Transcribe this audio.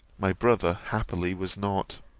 my brother happily was not